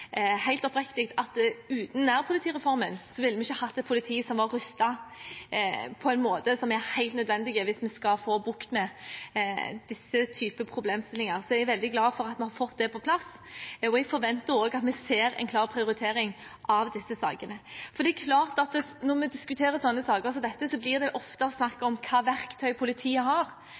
helt oppriktig at uten nærpolitireformen ville vi ikke hatt et politi som er rustet på en måte som er helt nødvendig hvis vi skal få bukt med disse typer problemstillinger. Så jeg er veldig glad for at vi har fått dette på plass. Jeg forventer også at vi ser en klar prioritering av disse sakene. For det er klart at når vi diskuterer sånne saker som dette, blir det ofte snakk om hva slags verktøy politiet har.